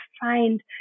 find